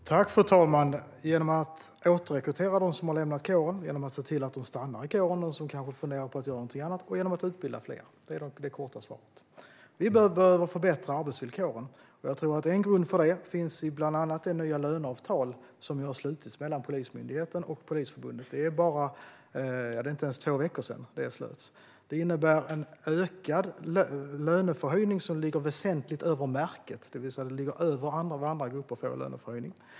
Fru talman! Det ska vi göra genom att återrekrytera poliser som har lämnat kåren, genom att se till att de som kanske funderar på att göra någonting annat stannar i kåren och genom att utbilda fler. Det är det korta svaret. Vi behöver förbättra arbetsvillkoren. Jag tror att en grund för det finns i bland annat det nya löneavtal som slöts mellan Polismyndigheten och Polisförbundet för mindre än två veckor sedan. Det innebär en löneförhöjning som ligger väsentligt över märket, det vill säga att den ligger över vad andra grupper får.